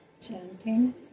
Chanting